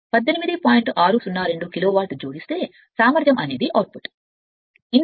602 kilowatt జోడిస్తే సామర్థ్యం output input